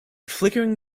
flickering